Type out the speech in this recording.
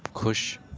خوش